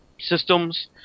systems